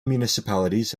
municipalities